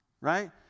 right